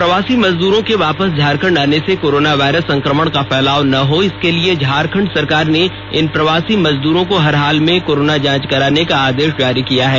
प्रवासी मजदूरों के वापस झारखंड आने से कोरोना वायरस संक्रमण का फैलाव ना हो इसके लिये झारखंड सरकार ने इन प्रवासी मजदूरों को हर हाल में कोरोना जांच कराने का आदेश जारी किया है